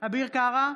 אביר קארה,